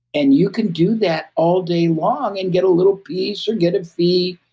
and you can do that all day long and get a little piece or get a fee,